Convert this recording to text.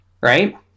Right